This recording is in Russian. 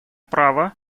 право